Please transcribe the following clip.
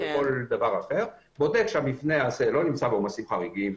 בודר שהמבנה לא נמצא בעומסים חריגים.